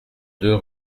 deux